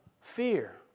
fear